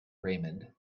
raymond